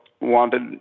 wanted